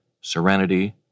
Serenity